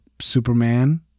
Superman